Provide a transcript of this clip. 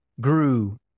grew